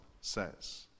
says